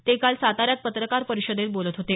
ते काल साताऱ्यात पत्रकार परिषदेत बोलत होते